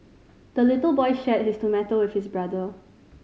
the little boy shared his tomato with his brother